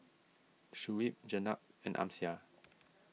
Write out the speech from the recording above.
Shuib Jenab and Amsyar